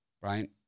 Brian